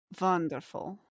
Wonderful